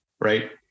right